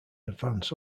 advance